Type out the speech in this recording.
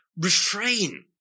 refrain